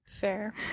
Fair